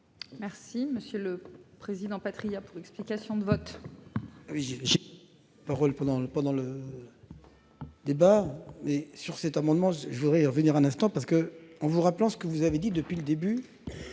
Merci Monsieur le Président Patriat pour explication de vote.